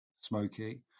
smoky